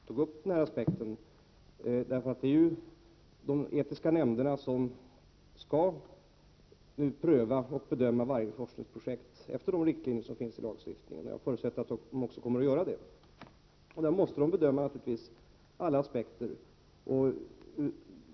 Herr talman! Det var bra att Pär Granstedt tog upp den aspekten. Det är de etiska nämnderna som skall pröva och bedöma varje forskningsprojekt efter riktlinjer som finns i lagstiftningen. Jag förutsätter att nämnderna också kommer att göra det — de måste naturligtvis bedöma alla aspekter.